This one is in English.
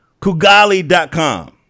kugali.com